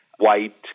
white